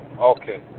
Okay